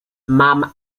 mam